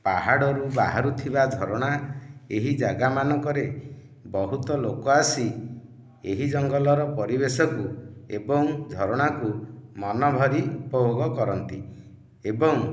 ପାହାଡ଼ରୁ ବାହାରୁଥିବା ଝରଣା ଏହି ଜାଗାମାନଙ୍କରେ ବହୁତ ଲୋକ ଆସି ଏହି ଜଙ୍ଗଲର ପରିବେଶକୁ ଏବଂ ଝରଣାକୁ ମନଭରି ଉପଭୋଗ କରନ୍ତି ଏବଂ